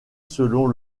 selon